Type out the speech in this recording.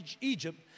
Egypt